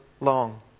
long